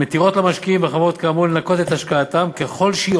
מה שנקרא שלב